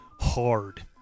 hard